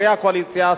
חברי הקואליציה,